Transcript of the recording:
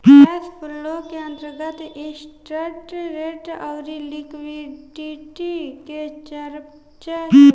cash flow के अंतर्गत interest rate अउरी लिक्विडिटी के चरचा होला